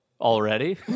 Already